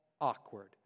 awkward